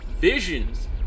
visions